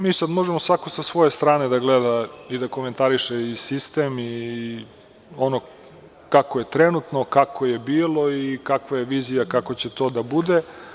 Mi sad možemo svako sa svoje strane da gleda i da komentariše i sistem i kako je trenutno, kako je bilo i kakva je vizija, kako će to da bude.